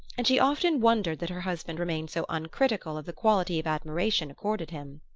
and she often wondered that her husband remained so uncritical of the quality of admiration accorded him.